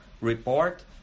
report